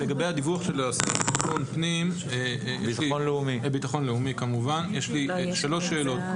לגבי הדיווח של השר לביטחון לאומי יש לי שלוש שאלות.